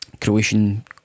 Croatian